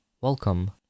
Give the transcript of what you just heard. Welcome